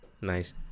Nice